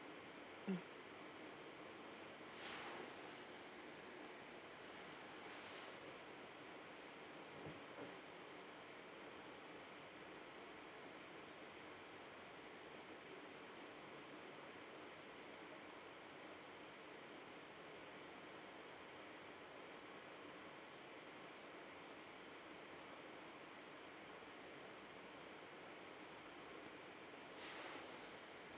mm